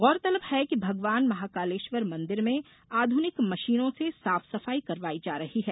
गौरतलब है कि भगवान महाकालेश्वर मंदिर में आधुनिक मशीनों से साफ सफाई करवाई जा रही है